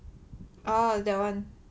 orh that [one]